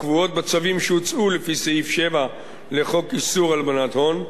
הקבועות בצווים שהוצאו לפי סעיף 7 לחוק איסור הלבנת הון,